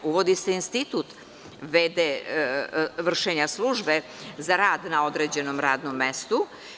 Uvodi se institut v.d. vršenja službe za rad na određenom radnom mestu.